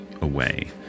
away